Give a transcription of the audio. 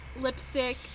lipstick